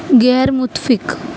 غیر متفق